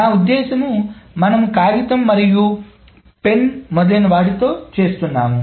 నా ఉద్దశ్యం మనము కాగితం మరియు పెన్ మొదలైన వాటితో చేస్తున్నాము